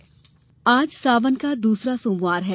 सावन सोमवार आज सावन का दूसरा सोमवार है